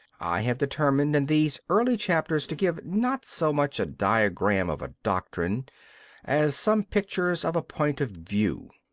i have determined in these early chapters to give not so much a diagram of a doctrine as some pictures of a point of view.